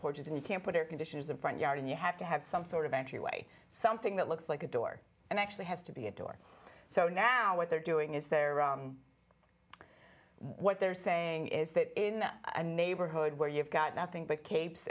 porches and you can't put your conditions in front yard and you have to have some sort of entryway something that looks like a door and actually has to be a door so now what they're doing is they're what they're saying is that in a neighborhood where you've got nothing but capes